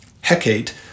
Hecate